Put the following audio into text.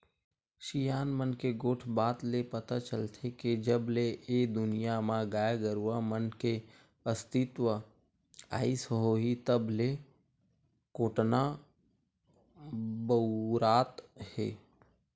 सियान मन के गोठ बात ले पता चलथे के जब ले ए दुनिया म गाय गरुवा मन के अस्तित्व आइस होही तब ले कोटना बउरात हे